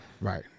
Right